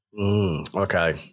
Okay